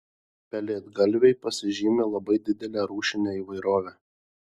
pelėdgalviai pasižymi labai didele rūšine įvairove